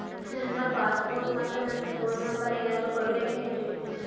ನನ್ನ passbook ಮತ್ ನನ್ನ ಫೋನ್ ನಂಬರ್ ಏನಾದ್ರು ಕೊಡಬೇಕೆನ್ರಿ?